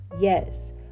yes